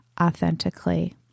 authentically